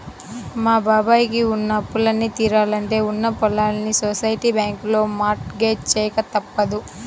మా బాబాయ్ కి ఉన్న అప్పులన్నీ తీరాలంటే ఉన్న పొలాల్ని సొసైటీ బ్యాంకులో మార్ట్ గేజ్ చెయ్యక తప్పదు